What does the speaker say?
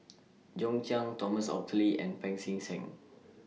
John Clang Thomas Oxley and Pancy Seng